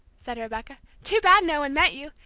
said rebecca. too bad no one met you!